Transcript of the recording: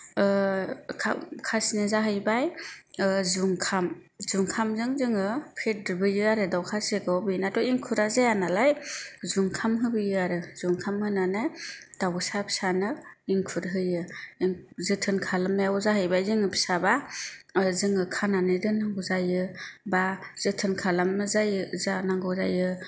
खासिना जाहैबाय जुंखाम जुंखामजों जोङो फेदेरबोयो आरो दाउ खासिखौ बेनाथ' एंखुरा जाया नालाय जुंखाम होबोयो आरो जुंखाम होनानै दाउसा फिसानो एंखुर होयो ओ जोथोन खालामनायाव जाहैबाय जोङो फिसाबा जोङो खानानै दोननांगौ जायो एबा जोथोन खालामना जायो जानांगौ जायो